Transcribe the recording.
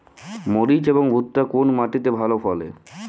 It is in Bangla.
মরিচ এবং ভুট্টা কোন মাটি তে ভালো ফলে?